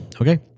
Okay